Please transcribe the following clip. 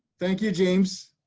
thank you james